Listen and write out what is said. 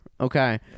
Okay